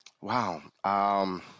Wow